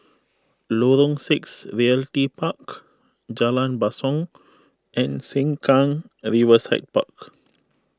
Lorong six Realty Park Jalan Basong and Sengkang Riverside Park